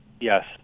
Yes